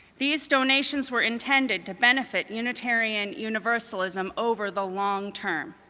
these donations were intended to benefit unitarian universalism over the long-term.